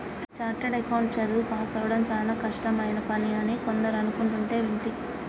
chartered account చదువు పాసవ్వడం చానా కష్టమైన పని అని కొందరు అనుకుంటంటే వింటి